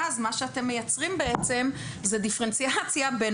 ואז מה שאתם מייצרים זו דיפרנציאציה בין